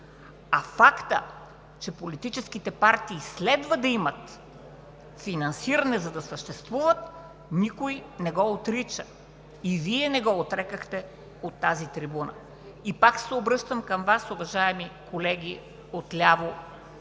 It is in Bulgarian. А фактът, че политическите партии следва да имат финансиране, за да съществуват, никой не го отрича, а и Вие не го отрекохте от тази трибуна. Пак се обръщам към Вас, уважаеми колеги от ляво